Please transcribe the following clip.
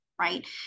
right